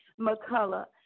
McCullough